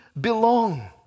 belong